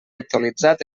actualitzat